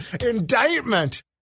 indictment